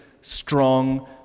strong